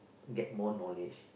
get more knowledge